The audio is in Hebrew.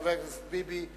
חבר הכנסת ביבי.